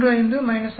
452 X 2 3